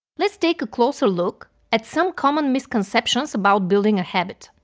let's take a closer look at some common misconceptions about building a habit.